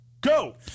Go